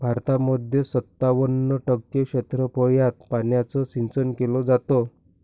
भारतामध्ये सत्तावन्न टक्के क्षेत्रफळात पाण्याचं सिंचन केले जात